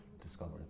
discovered